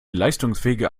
leistungsfähige